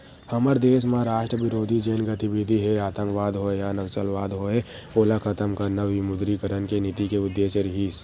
हमर देस म राष्ट्रबिरोधी जेन गतिबिधि हे आंतकवाद होय या नक्सलवाद होय ओला खतम करना विमुद्रीकरन के नीति के उद्देश्य रिहिस